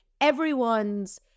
everyone's